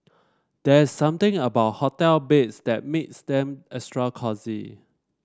there's something about hotel beds that makes them extra cosy